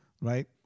right